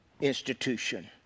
institution